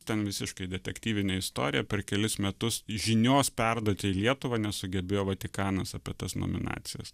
ten visiškai detektyvinė istorija per kelis metus žinios perduoti į lietuvą nesugebėjo vatikanas apie tas nominacijas